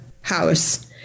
house